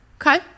okay